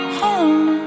home